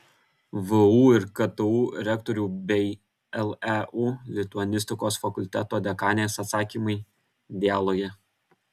vu ir ktu rektorių bei leu lituanistikos fakulteto dekanės atsakymai dialoge